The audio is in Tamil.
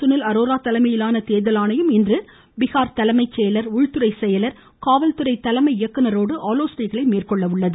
சுனில் அரோரா தலைமையிலான தேர்தல் இன்று பீகார் தலைமைச் செயலர் உள்துறை செயலர் காவல்துறை தலைமை இயக்குநரோடு ஆலோசனைகளை மேற்கொள்கிறது